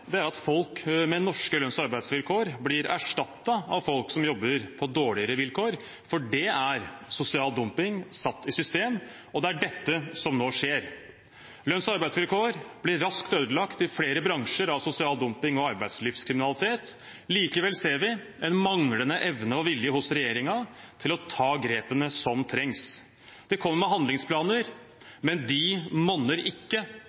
godtar, er at folk med norske lønns- og arbeidsvilkår blir erstattet av folk som jobber under dårligere vilkår. Det er sosial dumping satt i system, og det er dette som nå skjer. Lønns- og arbeidsvilkår blir i flere bransjer raskt ødelagt av sosial dumping og arbeidslivskriminalitet. Likevel ser vi en manglende evne og vilje hos regjeringen til å ta de grepene som trengs. De kommer med handlingsplaner, men det monner ikke